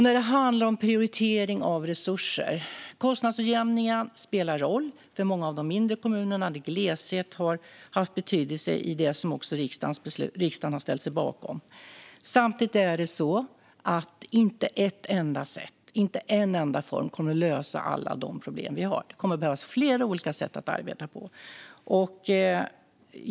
När det handlar om prioritering av resurser spelar kostnadsutjämningar roll för många av de mindre kommunerna, där gleshet har haft betydelse i det som också riksdagen har ställt sig bakom. Samtidigt finns det inte bara ett enda sätt eller en enda form som kommer att lösa alla de problem vi har. Det kommer att behövas flera olika sätt att arbeta på.